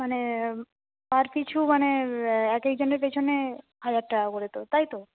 মানে আর কিছু মানে এক এক জনের পেছনে হাজার টাকা করে তো তাই তো